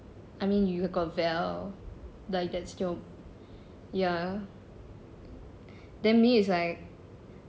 I mean you have got val like thats your ya then me it's like